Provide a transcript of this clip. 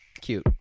cute